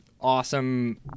awesome